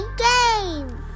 game